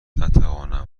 نتوانم